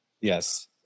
Yes